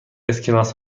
اسکناس